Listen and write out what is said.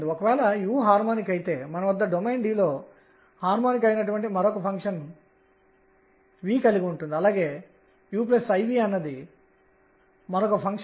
తర్వాత అది కావచ్చు కనుక ఇది kℏ అవుతుంది లేదా k అవుతుంది